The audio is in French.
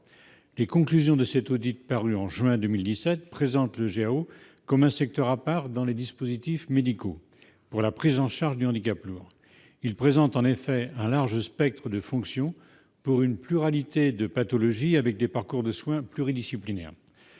Les conclusions de cet audit, paru en juin 2017, présentent le GAO comme un secteur à part dans les dispositifs médicaux pour la prise en charge du handicap lourd. Le GAO offre en effet un large spectre de fonctions pour une pluralité de pathologies, avec des parcours de soins pluridisciplinaires.